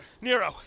Nero